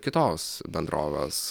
kitos bendrovės